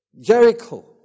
Jericho